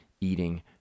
eating